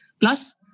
Plus